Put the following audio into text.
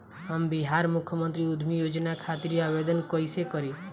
हम बिहार मुख्यमंत्री उद्यमी योजना खातिर आवेदन कईसे करी?